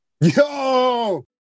Yo